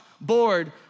bored